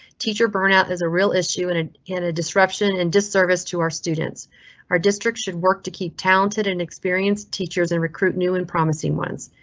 teacher burnout is a real issue, and. ah can a disruption and disservice to our students are district should work to keep talented and experienced teachers and recruit new and promising ones?